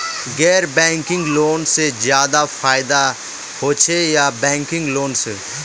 गैर banking loan से ज्यादा फायदा होचे या बैंकिंग लोन से?